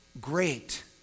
Great